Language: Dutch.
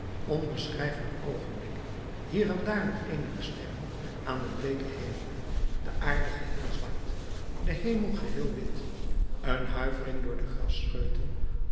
onbeschrijfelijk oogenblik hier en daar nog eenige sterren aan den bleeken hemel de aarde geheel zwart de hemel geheel wit een huivering door de